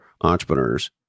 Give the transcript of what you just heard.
entrepreneurs